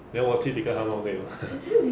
then 我去他 mum 可以 mah